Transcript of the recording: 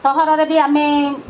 ସହରରେ ବି ଆମେ